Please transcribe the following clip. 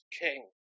king